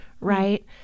right